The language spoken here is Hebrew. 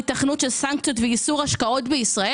היתכנות של סנקציות ואיסור השקעות בישראל?